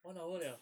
one hour liao